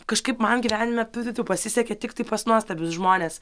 kažkaip man gyvenime tfu tfu tfu pasisekė tiktai pas nuostabius žmones